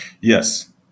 Yes